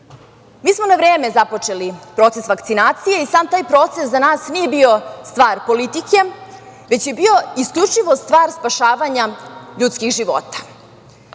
smo na vreme započeli proces vakcinacije i sam taj proces za nas nije bio stvar politike, već je bio isključivo stvar spašavanja ljudskih života.